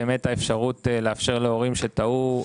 הוא מתן האפשרות להורים שטעו,